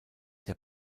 der